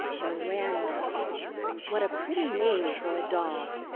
miranda what a pretty name for a doll!